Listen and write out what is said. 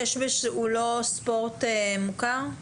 שש-בש הוא לא ספורט מוכר?